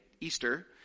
Easter